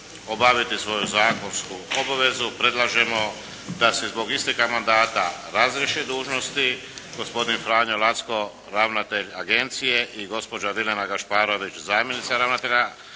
obaviti svoju zakonsku obavezu predlažemo da se zbog isteka mandata razriješe dužnosti gospodin Franjo Lacko ravnatelj agencije i gospođa Biljana Gašparović zamjenica ravnatelja